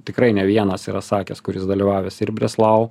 tikrai ne vienas yra sakęs kuris dalyvavęs ir breslau